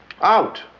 Out